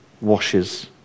washes